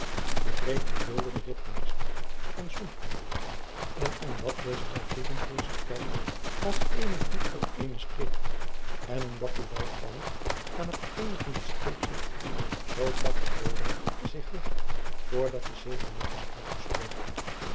de preêk verveelde den ritmeester van sonheuvel en omdat deze half duttend voor zich kijkt als eene hen op eene streep en omdat toevallig panne aan t eind van die streep zit zoo pakt de bloodaart zich weg voor dat de zegen nog is uitgesproken